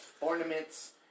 ornaments